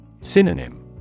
Synonym